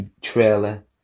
trailer